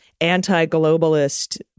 anti-globalist